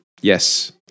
Yes